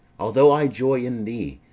although i joy in thee,